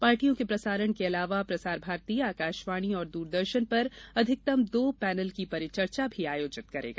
पार्टियों के प्रसारण के अलावा प्रसार भारती आकाशवाणी और दूरदर्शन पर अधिकतम दो पैनल की परिचर्चा भी आयोजित करेगा